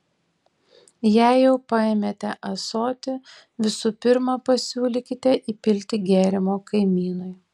jei jau paėmėte ąsotį visų pirma pasiūlykite įpilti gėrimo kaimynui